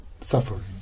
suffering